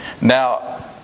Now